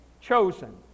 chosen